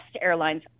Airlines